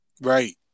Right